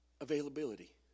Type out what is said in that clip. Availability